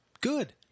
Good